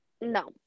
No